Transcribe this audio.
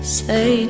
say